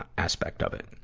ah aspect of it.